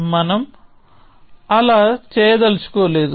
మనం అలా చేయదలుచుకోలేదు